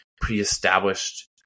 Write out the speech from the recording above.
pre-established